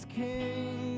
king